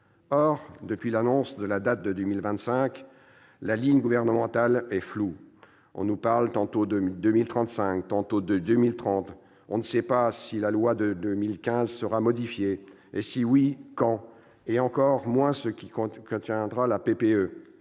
Or, depuis l'annonce de l'abandon de la date de 2025, la ligne gouvernementale est floue : on nous parle tantôt de 2035, tantôt de 2030 ; on ne sait pas si la loi de 2015 sera modifiée, et, si oui, quand ; nous savons encore moins ce que contiendra la